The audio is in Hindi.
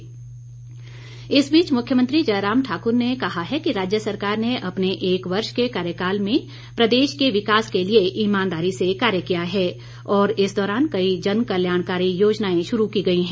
मुख्यमंत्री इस बीच मुख्यमंत्री जयराम ठाक्र ने कहा है कि राज्य सरकार ने अपने एक वर्ष के कार्यकाल में प्रदेश के विकास के लिए ईमानदारी से कार्य किया है और इस दौरान कई जनकल्याणकारी योजनाएं शुरू की गई हैं